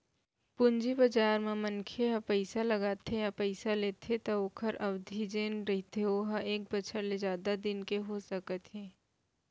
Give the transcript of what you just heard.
पूंजी बजार म मनखे ह पइसा लगाथे या पइसा लेथे त ओखर अबधि जेन रहिथे ओहा एक बछर ले जादा दिन के हो सकत हे